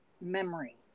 memory